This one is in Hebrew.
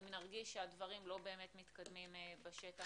אם נרגיש שהדברים לא באמת מתקיימים בשטח.